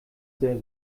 sehr